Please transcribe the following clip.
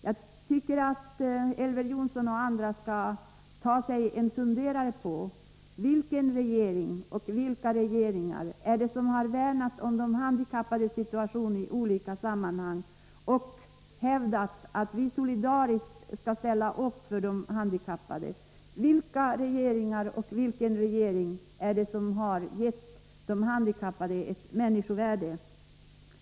Jag tycker att Elver Jonsson och andra skall ta sig en funderare på vilka regeringar det är som värnat om de handikappade i olika sammanhang. Vilka har hävdat att vi solidariskt skall ställa upp för de handikappade? Vilka regeringar är det som gett de handikappade människovärde?